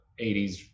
80s